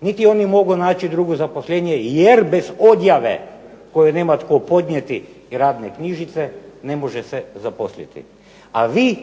niti oni mogu naći drugu zaposlenje jer bez odjave koje nema tko podnijeti i radne knjižice ne može se zaposliti. A vi